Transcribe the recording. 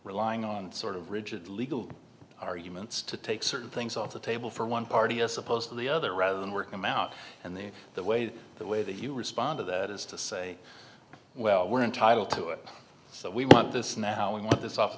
relying on sort of rigid legal arguments to take certain things off the table for one party as opposed to the other rather than work them out and then the way that the way that you respond to that is to say well we're entitled to it so we want this now we want this off the